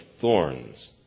thorns